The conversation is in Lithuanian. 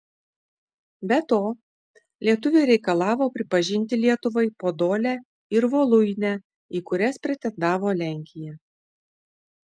be to lietuviai reikalavo pripažinti lietuvai podolę ir voluinę į kurias pretendavo lenkija